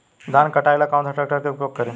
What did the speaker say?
धान के कटाई ला कौन सा ट्रैक्टर के उपयोग करी?